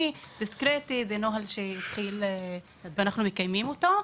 ודיסקרטי וזה נוהל שהתחיל לקרות ואנחנו מקיים אותו.